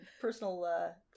personal